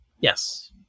yes